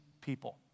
people